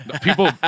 people